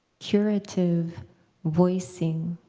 curative voicing,